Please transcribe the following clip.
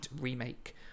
remake